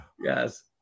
Yes